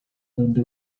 donde